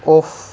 off